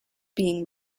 being